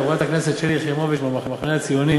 לגבי ההצעה של חברת הכנסת שלי יחימוביץ מהמחנה הציוני,